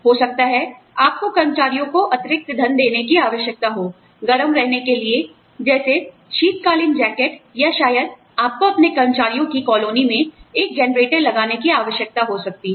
हो सकता है आपको कर्मचारियों को अतिरिक्त धन देने की आवश्यकता हो गर्म रहने के लिए जैसे शीतकालीन जैकेट या शायद आपको अपने कर्मचारियों की कॉलोनी में एक जेनरेटर लगाने की आवश्यकता हो सकती है